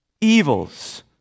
Evils